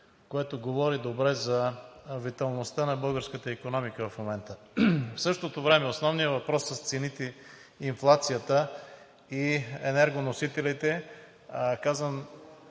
което говори добре за виталността на българската икономика в момента. В същото време основният въпрос с цените, инфлацията и енергоносителите...